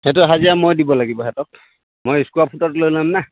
সেইটো হাজিৰা মই দিব লাগিব সিহঁতক মই স্কুৱাৰ ফুটত লৈ ল'ম ন